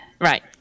Right